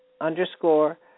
underscore